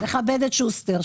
תכבד את שוסטר.